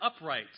upright